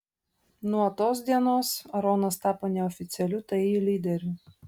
nuo tos dienos aronas tapo neoficialiu ti lyderiu